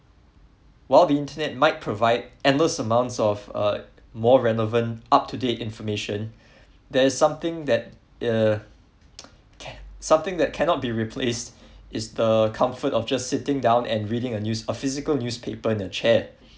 while internet might provide endless sum of uh more relevant up to date information there's something that uh something that cannot be replaced is the comfort of just sitting down and reading a news a physical newspaper in a chair